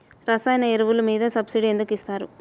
రసాయన ఎరువులు మీద సబ్సిడీ ఎందుకు ఇస్తారు?